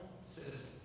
citizens